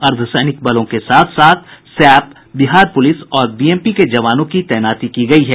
अर्द्वसैनिक बलों के साथ साथ सैप बिहार पुलिस और बीएमपी के जवानों की तैनाती की गयी है